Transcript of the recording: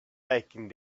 taking